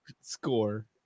score